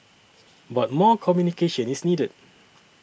but more communication is needed